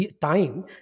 time